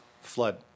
flood